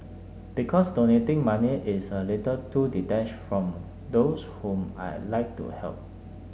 because donating money is a little too detached from those whom I like to help